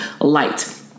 light